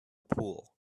pool